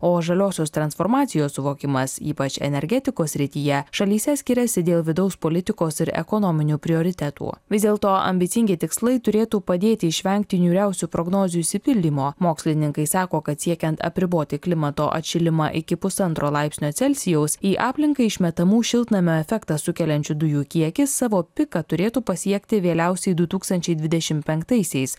o žaliosios transformacijos suvokimas ypač energetikos srityje šalyse skiriasi dėl vidaus politikos ir ekonominių prioritetų vis dėlto ambicingi tikslai turėtų padėti išvengti niūriausių prognozių išsipildymo mokslininkai sako kad siekiant apriboti klimato atšilimą iki pusantro laipsnio celsijaus į aplinką išmetamų šiltnamio efektą sukeliančių dujų kiekis savo piką turėtų pasiekti vėliausiai du tūkstančiai dvidešim penktaisiais